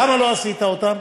למה לא עשית אותן?